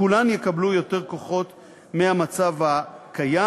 כולן יקבלו יותר כוחות מאשר המצב הקיים,